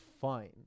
fine